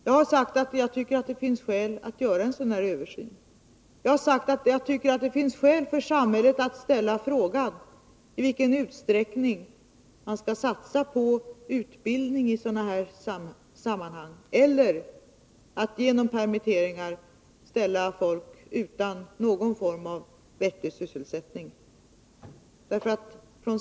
Jag har sagt att jag tycker att det finns skäl att göra en sådan översyn och att det finns anledning för samhället att fråga i vilken utsträckning man kan satsa på utbildning i sådana här sammanhang i stället för att genom permitteringar ställa folk utan någon form av vettig sysselsättning.